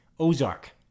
Ozark